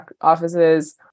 offices